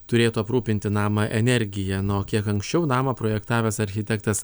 turėtų aprūpinti namą energija na o kiek anksčiau namą projektavęs architektas